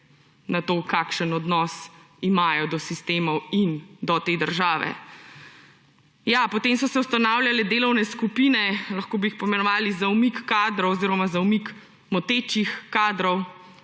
na to, kakšen odnos imajo do sistemov in do te države. Ja, potem so se ustanavljale delovne skupine. Lahko bi jih poimenovali za umik kadrov oziroma za umik motečih kadrov,